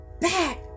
back